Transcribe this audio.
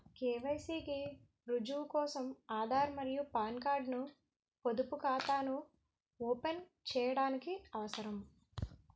KYC కి రుజువు కోసం ఆధార్ మరియు పాన్ కార్డ్ ను పొదుపు ఖాతాను ఓపెన్ చేయడానికి అవసరం